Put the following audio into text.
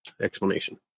explanation